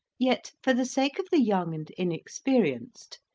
yet for the sake of the young and inexperienced,